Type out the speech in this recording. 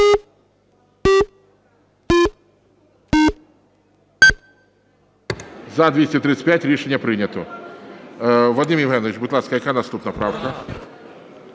За-235 Рішення прийнято. Вадим Євгенович, будь ласка, яка наступна правка?